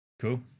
Cool